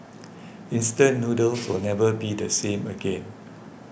instant noodles will never be the same again